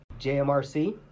JMRC